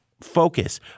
focus